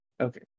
okay